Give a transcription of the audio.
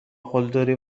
قلدری